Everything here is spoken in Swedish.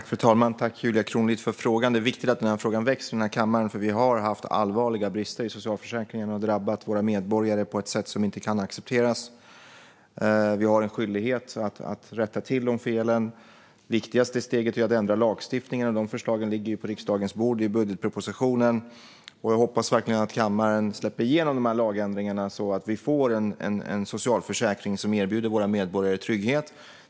Fru talman! Tack, Julia Kronlid, för frågan! Det är viktigt att den här frågan väcks här i kammaren, för vi har haft allvarliga brister i socialförsäkringen som har drabbat våra medborgare på ett sätt som inte kan accepteras. Vi har en skyldighet att rätta till de felen. Det viktigaste steget är att ändra lagstiftningen, och de förslagen ligger på riksdagens bord i budgetpropositionen. Jag hoppas verkligen att kammaren släpper igenom de här lagändringarna så att vi får en socialförsäkring som erbjuder våra medborgare trygghet.